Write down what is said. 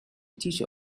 teacher